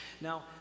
Now